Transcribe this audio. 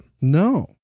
No